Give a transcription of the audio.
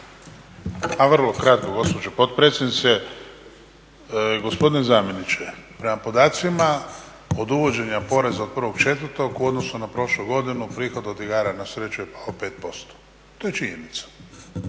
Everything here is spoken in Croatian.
potpredsjednice. Gospodine zamjeniče, prema podacima od uvođenja poreza od 1.4. u odnosu na prošlu godinu prihod od igara na sreću je pao 5%. To je činjenica,